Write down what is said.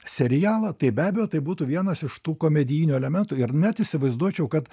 serialą tai be abejo tai būtų vienas iš tų komedijinių elementų ir net įsivaizduočiau kad